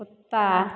कुत्ता